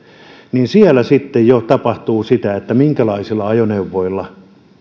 ja siellä sitten jo tapahtuu sitä että minkälaisilla ajoneuvoilla